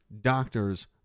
doctors